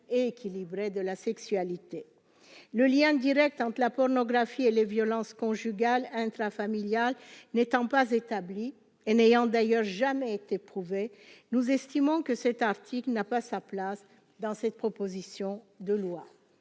et équilibrée de la sexualité, le lien Direct entre la pornographie et les violences conjugales intra-n'étant pas établie et n'ayant d'ailleurs jamais été prouvées, nous estimons que cet article n'a pas sa place dans cette proposition de loi